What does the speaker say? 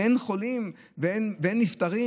אין חולים ואין נפטרים?